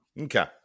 Okay